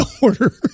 order